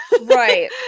Right